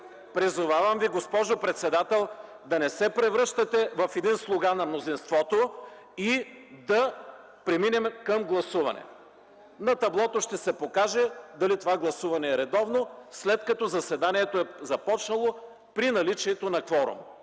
представител Искра Фидосова), да не се превръщате в слуга на мнозинството и да преминем към гласуване. На таблото ще се покаже дали това гласуване е редовно, след като заседанието е започнало при наличието на кворум.